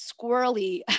squirrely